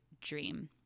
dream